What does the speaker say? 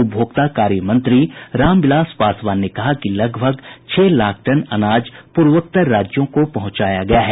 उपभोक्ता कार्यमंत्री रामविलास पासवान ने कहा कि लगभग छह लाख टन अनाज पूर्वोत्तर राज्यों को पहुंचाया गया है